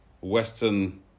Western